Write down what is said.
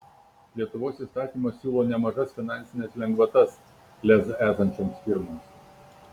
lietuvos įstatymas siūlo nemažas finansines lengvatas lez esančioms firmoms